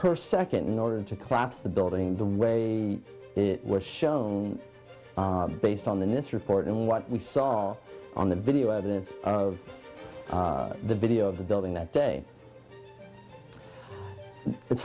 per second in order to collapse the building the way it was shown based on the nist report and what we saw on the video evidence of the video of the building that day it's